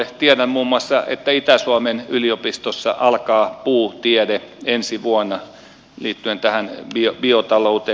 tiedän muun muassa että itä suomen yliopistossa alkaa puutiede ensi vuonna liittyen tähän biotalouteen